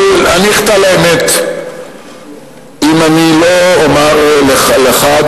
אבל אני אחטא לאמת אם אני לא אומר לך,